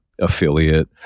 affiliate